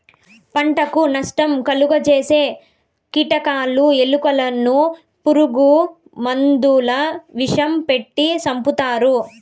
పంటకు నష్టం కలుగ జేసే కీటకాలు, ఎలుకలను పురుగు మందుల విషం పెట్టి సంపుతారు